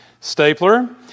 stapler